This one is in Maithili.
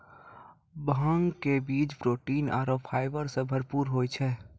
भांग के बीज प्रोटीन आरो फाइबर सॅ भरपूर होय छै